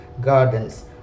Gardens